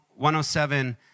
107